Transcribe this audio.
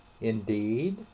Indeed